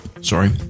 Sorry